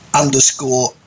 underscore